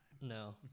no